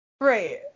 Right